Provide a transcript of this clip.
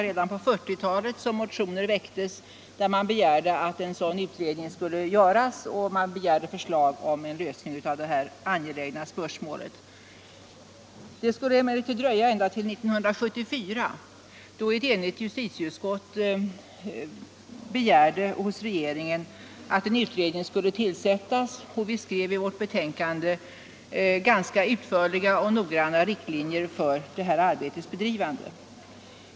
Redan på 1940-talet väcktes motioner där man begärde en utredning och förslag om en lösning av detta angelägna spörsmål. Det skulle emellertid dröja ända till 1974 innan ett enigt justitieutskott hos regeringen begärde att en utredning skulle tillsättas. Vi skrev i vårt betänkande ganska utförliga och noggranna riktlinjer för arbetets bedrivande.